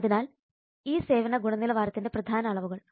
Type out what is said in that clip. അതിനാൽ ഇ സേവന ഗുണനിലവാരത്തിന്റെ പ്രധാന അളവുകൾ